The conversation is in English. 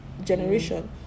generation